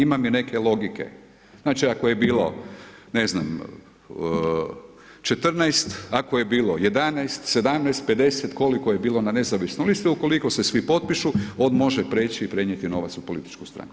Ima mi neke logike, znači ako je bilo ne znam 14, ako je bilo 11, 17, 50 koliko je bilo na nezavisnoj listi ukoliko se svi potpišu on može preći i prenijeti novac u političku stranku.